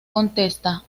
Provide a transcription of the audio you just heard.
contesta